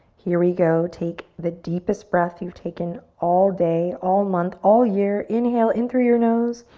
here we go. take the deepest breath you've taken all day, all month, all year. inhale in through your nose.